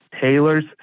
Taylor's